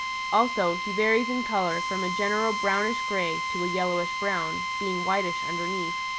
also he varies in color from a general brownish-gray to a yellowish-brown, being whitish underneath.